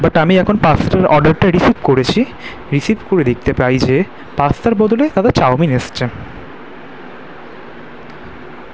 but আমি এখন পাস্তার অর্ডারটা রিসিভ করেছি রিসিভ করে দেখতে পাই যে পাস্তার বদলে তাতে চাউমিন এসছে